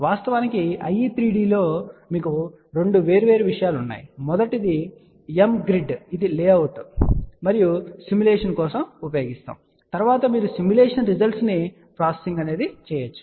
వాస్తవానికి IE3D లో మీకు వాస్తవానికి రెండు వేర్వేరు విషయాలు ఉన్నాయి మొదటిది mgrid ఇది లే అవుట్ మరియు సిమ్యులేషన్ కోసం ఉపయోగిస్తారు తరువాత మీరు సిమ్యులేషన్ రిజల్ట్స్ ను ప్రాసెసింగ్ చేయవచ్చు